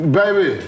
baby